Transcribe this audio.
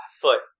foot